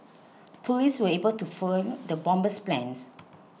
police were able to foil the bomber's plans